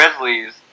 Grizzlies